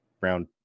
round